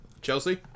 Chelsea